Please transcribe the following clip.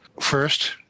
first